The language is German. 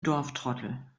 dorftrottel